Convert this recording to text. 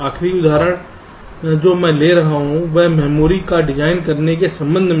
आखिरी उदाहरण जो मैं ले रहा हूं वह है मेमोरी को डिजाइन करने के संबंध में